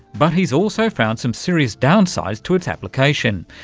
but he's also found some serious downsides to its application,